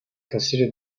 constitute